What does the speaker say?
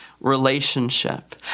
relationship